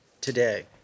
today